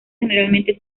generalmente